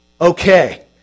Okay